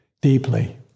deeply